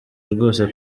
rwose